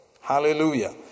Hallelujah